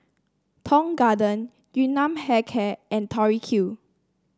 Tong Garden Yun Nam Hair Care and Tori Q